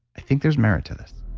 i think there's merit to this.